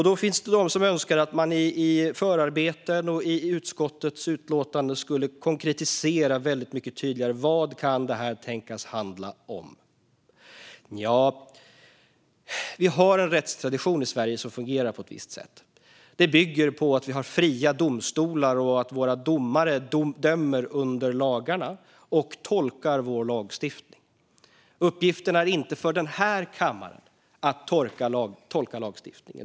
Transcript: Då finns det de som önskar att man i förarbeten och i utskottets utlåtande skulle konkretisera väldigt mycket tydligare vad det här kan tänkas handla om. Men i Sverige har vi en rättstradition som fungerar på ett visst sätt. Den bygger på att vi har fria domstolar och att våra domare dömer under lagarna och tolkar vår lagstiftning. Den här kammaren har inte till uppgift att tolka lagstiftningen.